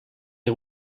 est